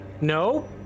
No